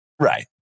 Right